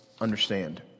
understand